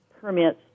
permits